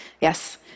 Yes